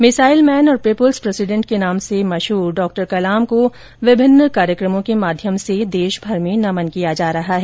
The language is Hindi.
मिसाइल मैन और पिपुल्स प्रेसीडेंट के नाम से मशहूर डॉ कलाम को विभिन्न कार्यक्रमों के माध्यम से देशभर में नमन किया जा रहा है